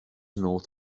north